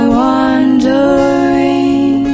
wandering